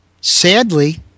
Sadly